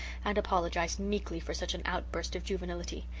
and apologized meekly for such an outburst of juvenility.